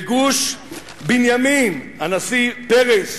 בגוש בנימין, הנשיא פרס,